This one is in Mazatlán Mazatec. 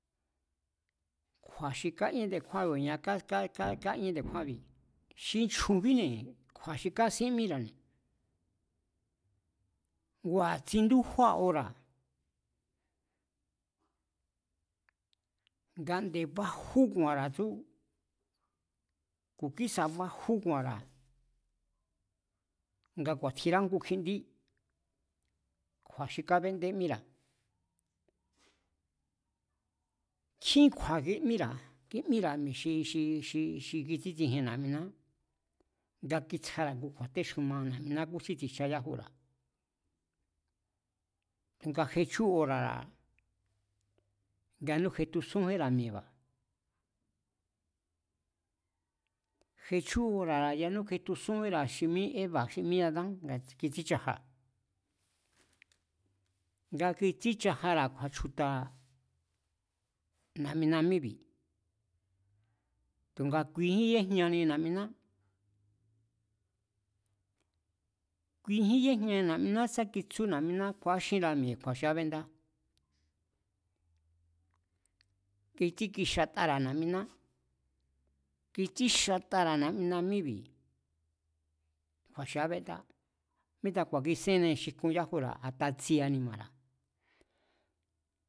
Kju̱a̱ xi káñí nde̱kjúánbi̱ ku̱nia káñí nde̱kjúánbi̱ xi chju̱nbíne kju̱a̱ xi kásín míra̱ne̱ ngua̱ tsindújúa ora̱ nga nde̱ bajú ku̱a̱nra̱ tsú, ku̱ xísa̱ bajú ku̱a̱nra̱ nga ku̱a̱tjinrá ngu kji'ndí, kju̱a̱ xi kábé'nde̱ míra̱, nkjín kju̱a̱ kimíra̱, kimíra̱ mi̱e̱ xi kitsítsijien na̱'miná nga kitsjara̱ ngu kju̱a̱téxuma na̱. miná kúsín tsi̱jcha yájura̱. Nga jechú ora̱ra̱ yanú jetusúnjínra̱ mi̱e̱ba̱, jechú ora̱ra̱ yanú jetusúnjínra̱ xi mí éva̱ xi mí adán nga kitsíchaja, nga kitsíchajara̱ kju̱a̱chju̱ta̱ na̱'mina míébi̱. Tu̱nga kuijín yéjñani na̱'miná, kuijín yéjñani na̱'miná sá kitsú na̱'miná kju̱a̱'áxínráa mi̱e̱ kju̱a̱ xi ábéndá, kitsíkixatara̱ na̱'miná, kitsíxatara̱ na̱; mina míébi̱ kju̱a̱ xi ábéndá. Míta ku̱a̱kisínni xi jkun yájura̱, a̱ta tsie anima̱ra̱